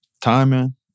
timing